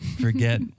Forget